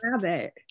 rabbit